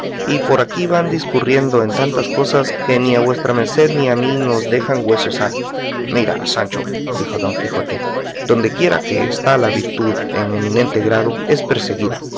y por aquí van discurriendo en tantas cosas que ni a vuestra merced ni a mí nos dejan hueso sano mira sancho dijo don quijote dondequiera que está la virtud en eminente grado es perseguida